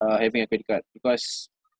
uh having a credit card because